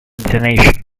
detonation